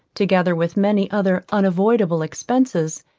together with many other unavoidable expences,